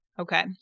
Okay